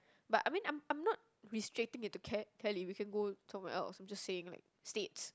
but I mean I'm I'm not restricting it to Cali we can go someone else I'm just saying like states